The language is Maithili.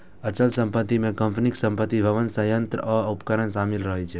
अचल संपत्ति मे कंपनीक संपत्ति, भवन, संयंत्र आ उपकरण शामिल रहै छै